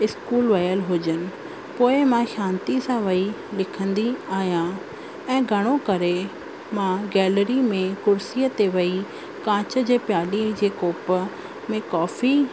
school वयल हुजनि पोएं मां शांती सां वेही लिखंदी आहियां ऐं घणो करे मां गैलरी में कुर्सीअ ते वेही कांच जे प्यालीअ जे कोप में कॉफी